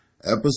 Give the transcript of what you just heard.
Episode